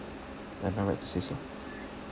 am I right to say so